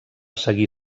seguir